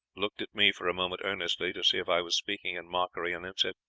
looked at me for a moment earnestly to see if i was speaking in mockery, and then said